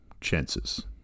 chances